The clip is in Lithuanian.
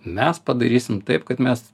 mes padarysim taip kad mes